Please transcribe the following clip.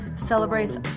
celebrates